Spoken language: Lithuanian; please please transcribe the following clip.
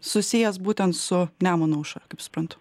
susijęs būtent su nemuno aušra kaip suprantu